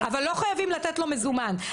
אבל לא חייבים לתת לו מזומן.